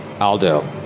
Aldo